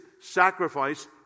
sacrifice